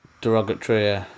derogatory